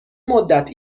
مدت